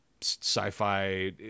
sci-fi